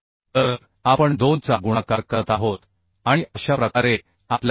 तर आपण 2 चा गुणाकार करत आहोत आणि अशा प्रकारे आपल्याला 92